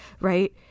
right